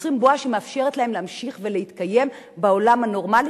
יוצרים בועה בעולם שמאפשרת להם להמשיך ולהתקיים בעולם הנורמלי,